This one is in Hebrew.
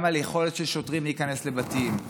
גם על יכולת של שוטרים להיכנס לבתים,